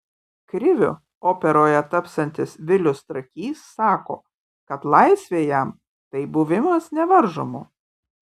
kriviu operoje tapsiantis vilius trakys sako kad laisvė jam tai buvimas nevaržomu